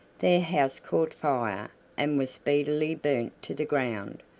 their house caught fire and was speedily burnt to the ground,